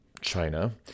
China